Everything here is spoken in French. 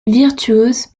virtuose